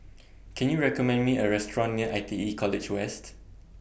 Can YOU recommend Me A Restaurant near I T E College West